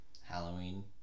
Halloween